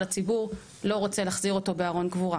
הציבור לא רוצה להחזיר אותו בארון קבורה.